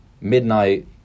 Midnight